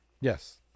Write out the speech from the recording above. Yes